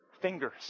Fingers